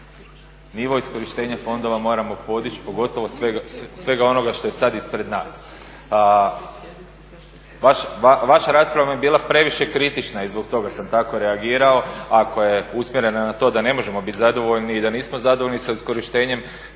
Nivo iskorištenja fondova moramo podići pogotovo iz svega onoga što je sad ispred nas. Vaša rasprava mi je bila previše kritična i zbog toga sam tako reagirao, ako je usmjerena na to da ne možemo biti zadovoljni i da nismo zadovoljni s iskorištenjem